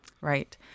Right